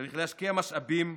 צריך להשקיע משאבים,